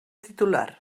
titular